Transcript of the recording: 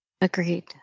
Agreed